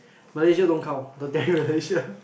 Malaysia don't count don't tell me Malaysia